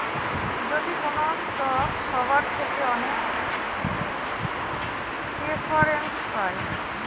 যদি কোনো স্টক সবার থেকে অনেক প্রেফারেন্স পায়